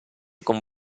con